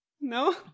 no